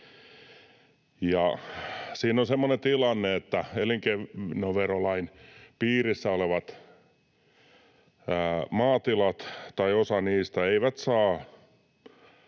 Siinä on semmoinen tilanne, että elinkeinoverolain piirissä olevat maatilat, osa niistä, eivät